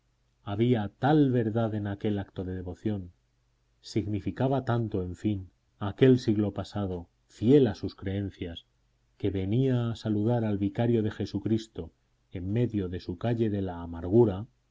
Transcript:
había tal verdad en aquel acto de devoción significaba tanto en fin aquel siglo pasado fiel a sus creencias que venía a saludar al vicario de jesucristo en medio de su calle de la amargura